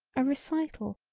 a recital,